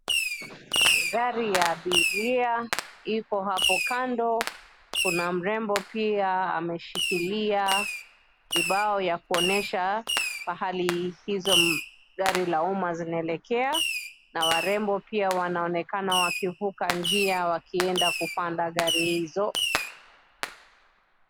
Gari ya abiria, ipo hapo kando, kuna mrembo pia ameshikilia, kibao ya kuonyesha, pahali hizo gari la umma zinaelekea na warembo pia wanaonekana wakivuka njia wakienda kupanda gari hizo,